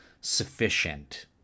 sufficient